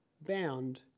bound